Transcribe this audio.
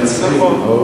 נכון.